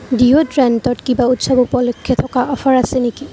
ডিঅ'ড্ৰেণ্টত কিবা উৎসৱ উপলক্ষে থকা অফাৰ আছে নেকি